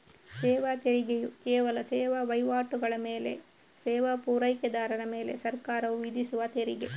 ಸೇವಾ ತೆರಿಗೆಯು ಕೆಲವು ಸೇವಾ ವೈವಾಟುಗಳ ಮೇಲೆ ಸೇವಾ ಪೂರೈಕೆದಾರರ ಮೇಲೆ ಸರ್ಕಾರವು ವಿಧಿಸುವ ತೆರಿಗೆ